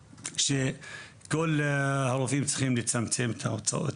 שכל הרופאים צריכים לצמצם את ההוצאות.